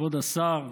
כבוד השר,